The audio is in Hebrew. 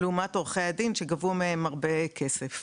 לעומת עורכי הדין שגבו מהם הרבה כסף.